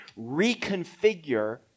reconfigure